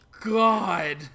God